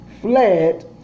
fled